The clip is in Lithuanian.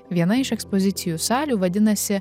viena iš ekspozicijų salių vadinasi